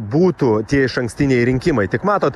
būtų tie išankstiniai rinkimai tik matot